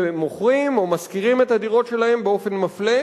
שמוכרים או משכירים את הדירות שלהם באופן מפלה,